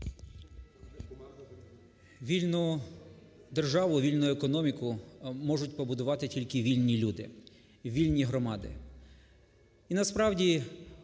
Вільну державу, вільну економіку можуть побудувати тільки вільні люди і вільні громади. І насправді